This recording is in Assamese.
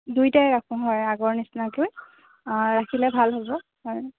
দুইটাই ৰাখোঁ হয় আগৰ নিচিনাকে ৰাখিলে ভাল হ'ব হয়